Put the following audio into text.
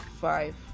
five